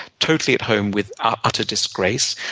totally at home with ah utter disgrace,